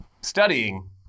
studying